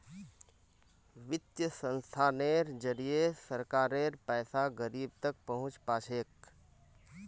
वित्तीय संस्थानेर जरिए सरकारेर पैसा गरीब तक पहुंच पा छेक